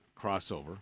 crossover